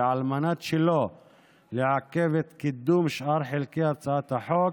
ועל מנת שלא לעכב את קידום שאר חלקי הצעת החוק